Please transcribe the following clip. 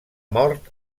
mort